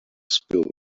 spilled